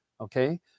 Okay